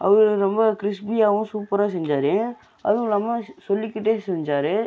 அவர் ரொம்ப க்ரிஸ்பியாவும் சூப்பராவும் செஞ்சாரு அதுவுல்லாமல் சொல்லிக்கிட்டே செஞ்சார்